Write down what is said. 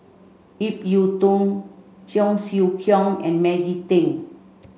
Ip Yiu Tung Cheong Siew Keong and Maggie Teng